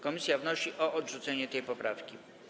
Komisja wnosi o odrzucenie tej poprawki.